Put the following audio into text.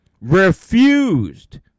refused